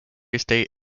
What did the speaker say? estate